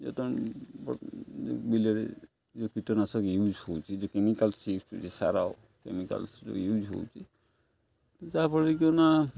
ଯେ ତାଙ୍କ ବିଲରେ ଯେଉଁ କୀଟନାଶକ ୟୁଜ୍ ହେଉଛି ଯେଉଁ କେମିକାଲ୍ସ ୟୁଜ ସାରା କେମିକାଲ୍ସ ଯେଉଁ ୟୁଜ୍ ହେଉଛି ଯାହାଫଳରେ କ'ଣ ନା